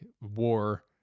war